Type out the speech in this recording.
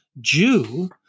Jew